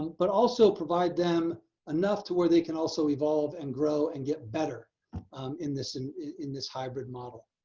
but also provide them enough to where they can also evolve and grow and get better in this and in this hybrid model.